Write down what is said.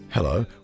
Hello